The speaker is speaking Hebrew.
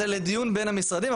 זה לדיון בין המשרדים.